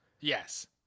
Yes